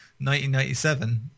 1997